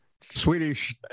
Swedish